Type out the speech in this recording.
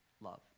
love